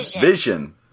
Vision